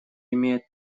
имеет